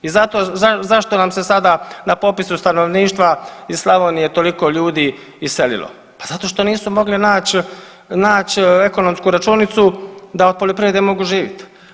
I zašto nam se sada na popisu stanovništva iz Slavonije toliko ljudi iselilo, pa zato što nisu mogli nać ekonomsku računicu da od poljoprivrede mogu živit.